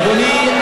אדוני,